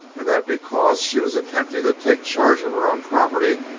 and that because she was attempting to take charge of her own property,